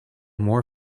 more